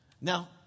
Now